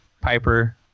Piper